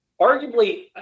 arguably